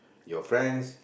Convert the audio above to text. your friends